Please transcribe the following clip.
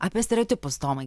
apie stereotipus tomai